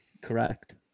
Correct